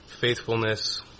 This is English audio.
faithfulness